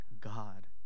God